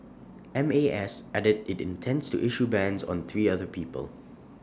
M A S added IT intends to issue bans on three other people